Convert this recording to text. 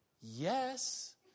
yes